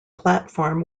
platform